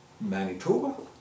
Manitoba